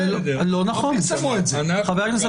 חבר הכנסת